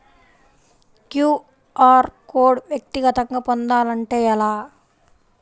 QR code వ్యక్తిగతంగా పొందాలంటే ఎలా?